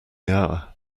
hour